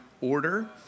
order